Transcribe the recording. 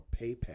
PayPal